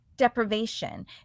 deprivation